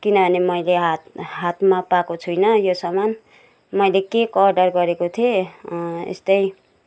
किनभने मैले हात हातमा पाएको छुइनँ मैले यो सामान मैले केक अर्डर गरेको थिएँ यस्तै